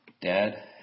dad